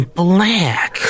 black